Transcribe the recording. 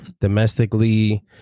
Domestically